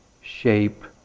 shape